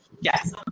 Yes